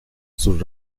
sus